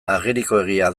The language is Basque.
agerikoegia